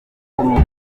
urundi